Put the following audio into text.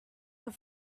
will